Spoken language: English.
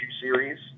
series